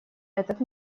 этот